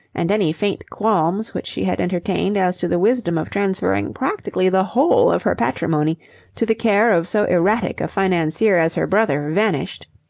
and any faint qualms which she had entertained as to the wisdom of transferring practically the whole of her patrimony to the care of so erratic a financier as her brother vanished.